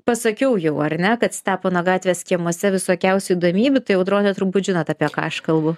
pasakiau jau ar ne kad stepono gatvės kiemuose visokiausių įdomybių tai audrone turbūt žinot apie ką aš kalbu